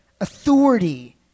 authority